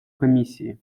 комиссии